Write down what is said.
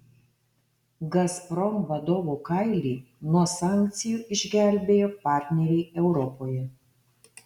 gazprom vadovo kailį nuo sankcijų išgelbėjo partneriai europoje